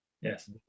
Yes